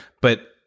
But-